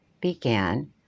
began